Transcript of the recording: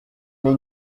mais